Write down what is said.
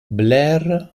blair